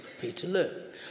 Peterloo